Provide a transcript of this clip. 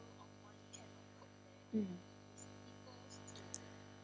mm